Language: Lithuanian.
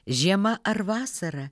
žiema ar vasara